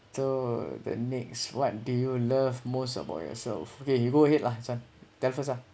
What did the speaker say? so the next what do you love most about yourself okay you go ahead lah this one tell first ah